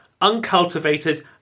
uncultivated